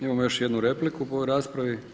Imamo još jednu repliku po ovoj raspravi.